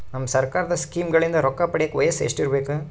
ನಮ್ಮ ಸರ್ಕಾರದ ಸ್ಕೀಮ್ಗಳಿಂದ ರೊಕ್ಕ ಪಡಿಯಕ ವಯಸ್ಸು ಎಷ್ಟಿರಬೇಕು?